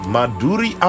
Maduri